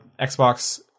Xbox